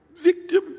victim